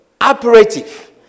operative